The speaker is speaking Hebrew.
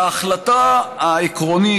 ההחלטה העקרונית,